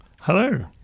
Hello